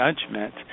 judgment